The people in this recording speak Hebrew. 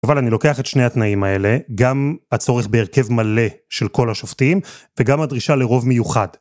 אבל אני לוקח את שני התנאים האלה, גם הצורך בהרכב מלא של כל השופטים, וגם הדרישה לרוב מיוחד.